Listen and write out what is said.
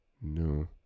No